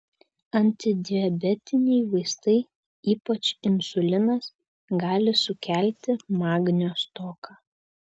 antidiabetiniai vaistai ypač insulinas gali sukelti magnio stoką